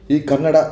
ಈ ಕನ್ನಡ